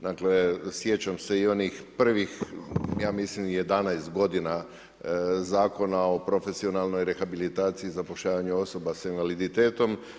Dakle, sjećam se i onih prvih, ja mislim i 11 g. Zakona o profesionalnoj rehabilitaciji zapošljavanja osoba s invaliditetom.